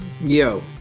yo